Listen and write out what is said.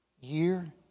year